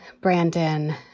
Brandon